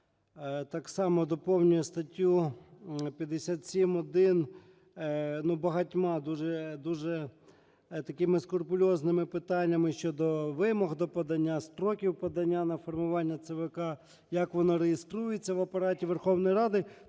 так само доповнює статтю 57-1, ну, багатьма дуже… дуже такими скрупульозними питаннями щодо вимог до подання, строків подання на формування ЦВК, як воно реєструється в Апараті Верховної Ради.